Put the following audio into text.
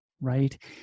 right